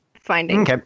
finding